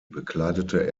bekleidete